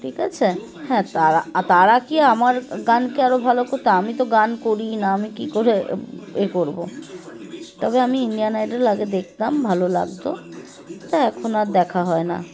ঠিক আছে হ্যাঁ তারা তারা কি আমার গানকে আরও ভালো করতো আমি তো গান করি না আমি কী করে এ করবো তবে আমি ইন্ডিয়ান আইডল আগে দেখতাম ভালো লাগতো তা এখন আর দেখা হয় না